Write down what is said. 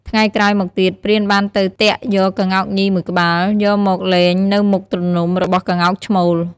ថ្ងៃក្រោយមកទៀតព្រានបានទៅទាក់យកក្ងោកញីមួយក្បាលយកមកលែងនៅមុខទ្រនំរបស់ក្ងោកឈ្មោល។